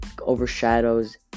overshadows